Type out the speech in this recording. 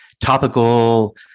topical